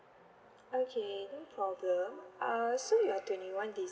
okay no problem uh so you're twenty one